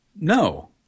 No